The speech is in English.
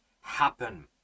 happen